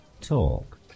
talk